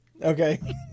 Okay